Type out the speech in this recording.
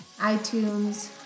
iTunes